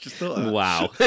wow